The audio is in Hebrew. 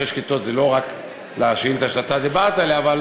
זה לא רק לשאילתה שאתה דיברת עליה,